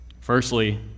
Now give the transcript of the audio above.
Firstly